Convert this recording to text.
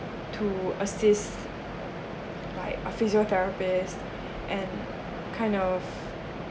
to assist like a physiotherapist and kind of